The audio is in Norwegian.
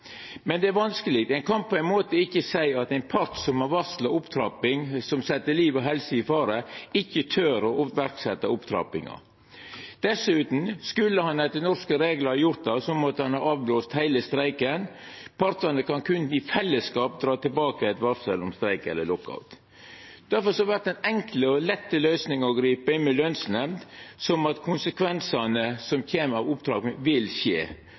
Men det er vanskeleg. Ein kan på ein måte ikkje seia at ein part som har varsla ei opptrapping som set liv og helse i fare, ikkje torer å setja i verk opptrappinga. Dessutan – skulle ein etter norske reglar gjort det, måtte ein ha blåst av heile streiken. Partane kan berre i fellesskap trekkja tilbake eit varsel om streik eller lockout. Difor vert den enkle og lette løysinga å gripa inn med lønsnemnd der konsekvensane av opptrappinga vil skje.